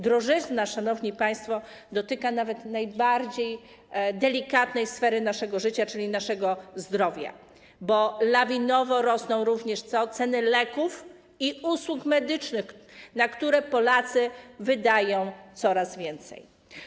Drożyzna, szanowni państwo, dotyka najbardziej delikatnej sfery naszego życia, czyli naszego zdrowia, bo lawinowo rosną również ceny leków i usług medycznych, na które Polacy wydają coraz więcej.